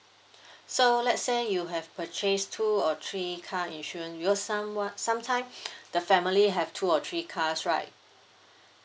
so let's say you have purchased two or three car insurance because someone sometime the family have two or three cars right